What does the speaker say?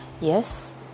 Yes